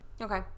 okay